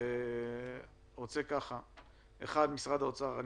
משרד האוצר,